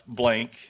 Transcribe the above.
blank